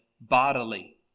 bodily